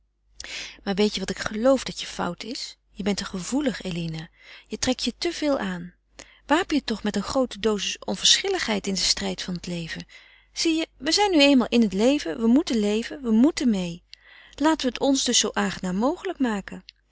maar weet je wat ik geloof dat je fout is je bent te gevoelig je trekt je te veel aan wapen je toch met een groote dosis onverschilligheid in den strijd van het leven zie je we zijn nu eenmaal in het leven we moeten leven we moeten meê laten we het ons dus zoo aangenaam mogelijk maken